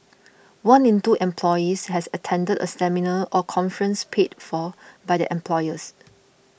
one in two employees had attended a seminar or conference paid for by their employers